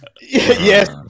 Yes